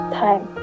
time